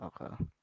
Okay